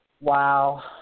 Wow